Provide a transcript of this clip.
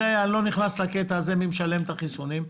ואני לא נכנס לקטע מי משלם את החיסונים,